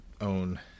own